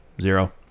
Zero